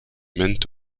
mènent